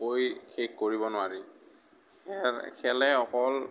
কৈ শেষ কৰিব নোৱাৰি খেল খেলে অকল